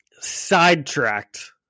sidetracked